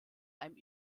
einem